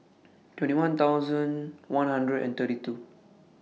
twenty one thousand one hundred and thirty two